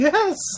Yes